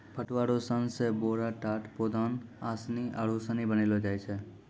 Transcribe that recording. पटुआ रो सन से बोरा, टाट, पौदान, आसनी आरु सनी बनैलो जाय छै